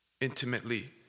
intimately